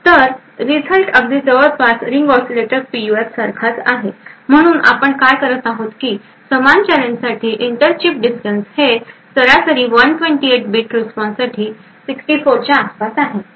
तर रिझल्ट अगदी जवळपास रिंग ऑसीलेटर पीयूएफसारखेच आहेत म्हणूनच आपण काय पहात आहोत की समान चॅलेंजसाठी इंटर चिप डिस्टन्स हे सरासरी 128 बिट रिस्पॉन्ससाठी 64 च्या आसपास आहे